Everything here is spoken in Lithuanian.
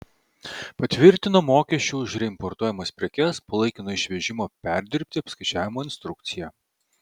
patvirtino mokesčių už reimportuojamas prekes po laikino išvežimo perdirbti apskaičiavimo instrukciją